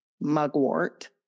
mugwort